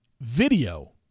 video